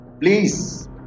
please